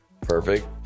Perfect